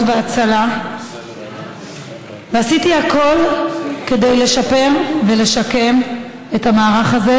וההצלה ועשיתי הכול כדי לשפר ולשקם את המערך הזה,